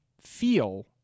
feel